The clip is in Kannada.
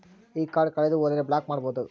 ಈ ಕಾರ್ಡ್ ಕಳೆದು ಹೋದರೆ ಬ್ಲಾಕ್ ಮಾಡಬಹುದು?